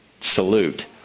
salute